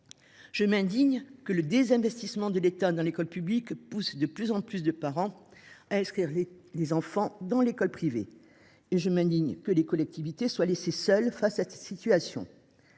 Je m’indigne que le désinvestissement de l’État dans l’école publique pousse de plus en plus de parents à inscrire leurs enfants à l’école privée ; et je m’indigne que les collectivités soient laissées seules face à cette situation.